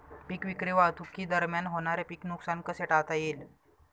पीक विक्री वाहतुकीदरम्यान होणारे पीक नुकसान कसे टाळता येईल?